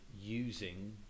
using